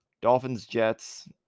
Dolphins-Jets